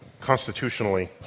Constitutionally